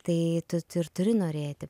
tai tu ir turi norėti